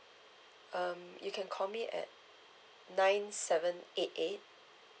um you can call me at nine seven eight eight